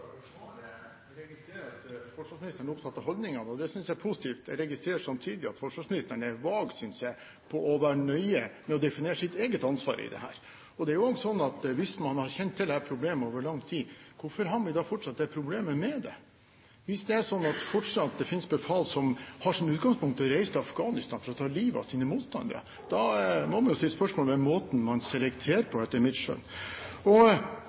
at forsvarsministeren er opptatt av holdninger, og det synes jeg er positivt. Jeg registrerer samtidig at forsvarsministeren er vag, synes jeg, på å definere sitt eget ansvar i dette. Og hvis man har kjent til disse problemene over lang tid, hvorfor har man da fortsatt problemer med det? Hvis det er slik at det fortsatt finnes befal som har som utgangspunkt å reise til Afghanistan for å ta livet av sine motstandere, da må man stille spørsmål ved måten man selekterer på, etter mitt skjønn.